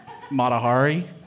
Matahari